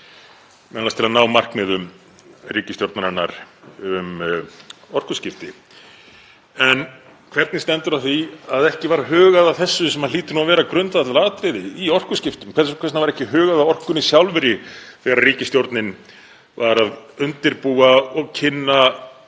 m.a. til að ná markmiðum ríkisstjórnarinnar um orkuskipti. En hvernig stendur á því að ekki var hugað að þessu sem hlýtur að vera grundvallaratriði í orkuskiptum? Hvers vegna var ekki hugað að orkunni sjálfri þegar ríkisstjórnin var að undirbúa og kynna